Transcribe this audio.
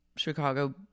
Chicago